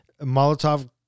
Molotov